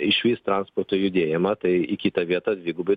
išvis transporto judėjimą tai į kitą vietą dvigubai